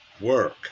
work